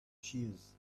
seers